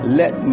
let